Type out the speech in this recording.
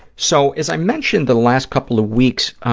so, as i mentioned the last couple of weeks,